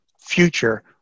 future